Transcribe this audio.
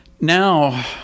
Now